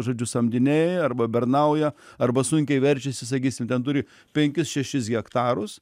žodžiu samdiniai arba bernauja arba sunkiai verčiasi sakysim ten turi penkis šešis hektarus